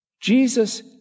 Jesus